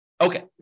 Okay